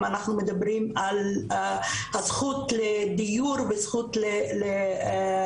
אם אנחנו מדברים על הזכות לדיור וזכות לקיום,